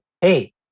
hey